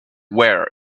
wear